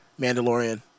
Mandalorian